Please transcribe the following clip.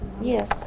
Yes